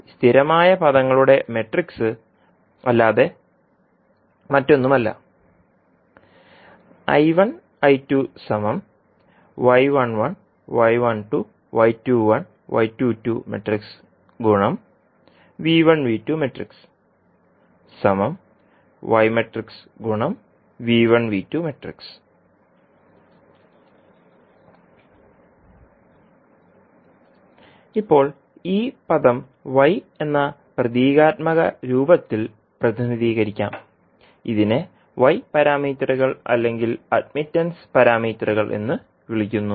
ഈ സ്ഥിരമായ പദങ്ങളുടെ മാട്രിക്സ് അല്ലാതെ മറ്റൊന്നുമല്ല ഇപ്പോൾ ഈ പദം Y എന്ന പ്രതീകാത്മക രൂപത്തിൽ പ്രതിനിധീകരിക്കാം ഇതിനെ y പാരാമീറ്ററുകൾ അല്ലെങ്കിൽ അഡ്മിറ്റൻസ് പാരാമീറ്ററുകൾ എന്ന് വിളിക്കുന്നു